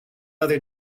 other